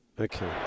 okay